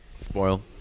Spoil